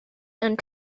and